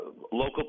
local